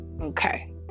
Okay